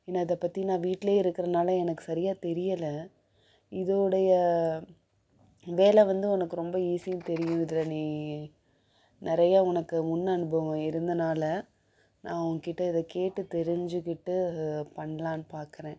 ஏன்னா இதை பற்றி நான் வீட்டுலையே இருக்குறதுனால எனக்கு சரியாக தெரியலை இதோடய வேலை வந்து உனக்கு ரொம்ப ஈஸின்னு தெரியும் இதில் நீ நிறையா உனக்கு முன் அனுபவம் இருந்ததுனால நான் உன்கிட்டே இதை கேட்டு தெரிஞ்சிகிட்டு பண்ணலான்னு பார்க்குறேன்